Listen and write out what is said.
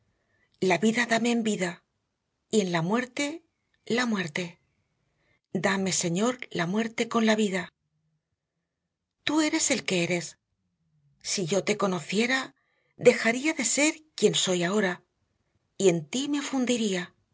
la vida dame en vida y n la muerte la muerte dame señor la muerte con la vida tú eres el que eres si yo te conociera dejaría de ser quien soy ahora y en tí me fundiría